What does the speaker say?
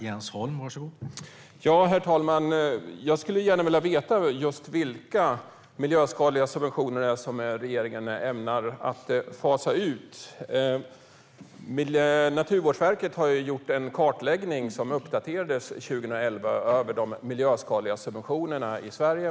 Herr talman! Jag skulle gärna vilja veta vilka miljöskadliga subventioner som regeringen ämnar fasa ut. Naturvårdsverket har gjort en kartläggning som uppdaterades 2011 över de miljöskadliga subventionerna i Sverige.